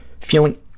feeling